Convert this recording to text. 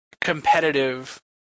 competitive